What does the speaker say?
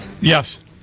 Yes